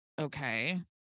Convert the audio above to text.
okay